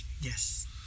Yes